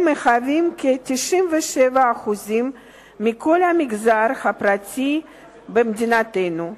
הם מהווים כ-97% מכל המגזר הפרטי במדינתנו.